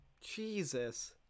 Jesus